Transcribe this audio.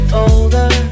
older